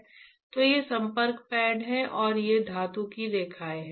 तो ये संपर्क पैड हैं और ये धातु की रेखाएं हैं